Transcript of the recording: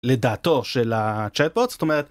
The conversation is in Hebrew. לדעתו של ה-chatbot, זאת אומרת...